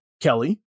Kelly